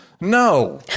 No